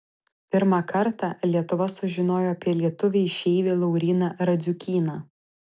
pirmą kartą lietuva sužinojo apie lietuvį išeivį lauryną radziukyną